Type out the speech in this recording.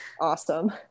awesome